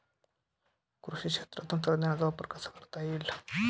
कृषी क्षेत्रात तंत्रज्ञानाचा वापर कसा करता येईल?